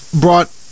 brought